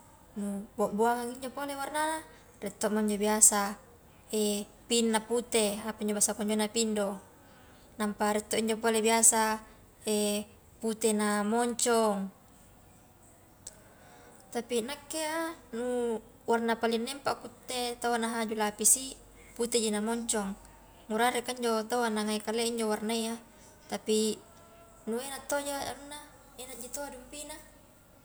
Nu bua buangangi injo pole warnana, rie to mo njo biasa pink na pute apanjo basa konjona pink do, nampa rie to injo pole biasa pute na moncong, tapi nakke iya nu warna paling nempak a kutte tawwa nahaju lapisi puteji na moncong ngura areka injo taua na ngai kalea injo warna iya tapi nu enak toje anuna enakji tawwa dumpina.